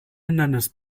hindernis